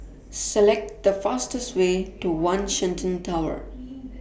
Select The fastest Way to one Shenton Tower